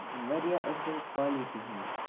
واریاہ اصٕل کوالٹی ہنٛدۍ